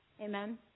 Amen